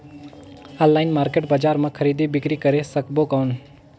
Online market बजार मां खरीदी बीकरी करे सकबो कौन?